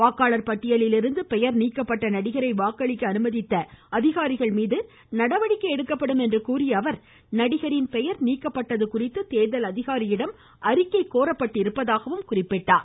வாக்காளர் பட்டியலில் இருந்து பெயர் நீக்கப்பட்ட நடிகரை வாக்களிக்க அனுமதித்த அதிகாரிகள் மீது நடவடிக்கை எடுக்கப்படும் என்று கூறிய அவர் பெயர் நீக்கப்பட்டது குறித்து நடிகரின் தேர்தல் அதிகாரியிடும் கோரப்பட்டிருப்பதாக கூறினார்